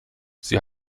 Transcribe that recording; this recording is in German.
sie